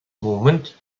movement